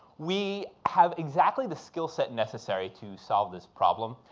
we have exactly the skillset necessary to solve this problem,